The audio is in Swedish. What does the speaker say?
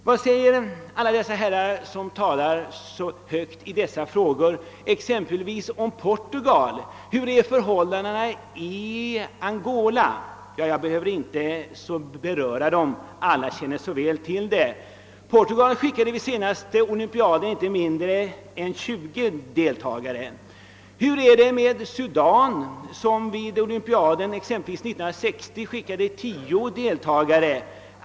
Vad säger alla de herrar som talar så högt i dessa frågor om exempelvis Portugal? Hurudana är förhållandena i Angola? Jag behöver inte beröra dem; alla känner så väl till dem. Portugal sände inte mindre än 20 deltagare till den senaste olympiaden. Hur är det med Sudan, som vid olympiaden år 1960 skickade tio deltagare?